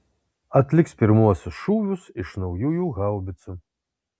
atliks pirmuosius šūvius iš naujųjų haubicų